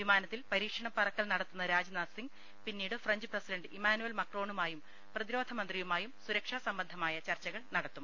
വിമാനത്തിൽ പരീ ക്ഷണ പറക്കൽ നടത്തുന്ന രാജ്നാഥ് സിങ് പിന്നീട് ഫ്രഞ്ച് പ്രസിഡന്റ് ഇമാനുവൽ മക്രോണുമായും പ്രതിരോധമന്ത്രിയു മായും സുരക്ഷാ സംബന്ധമായ ചർച്ചകൾ നടത്തും